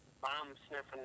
Bomb-sniffing